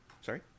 Sorry